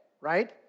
right